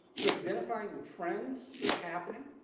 with identifying the trends that are happening.